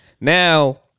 Now